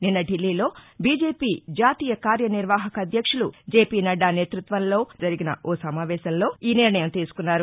నిన్న ఢిల్లీలో బీజేపీ జాతీయ కార్యనిర్వాహక అధ్యక్షుడు జేపీ నడ్డా నేతృత్వంలో జరిగిన ఓ సమావేశం లో ఈనిర్ణయం తీసుకున్నారు